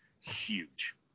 huge